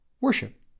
worship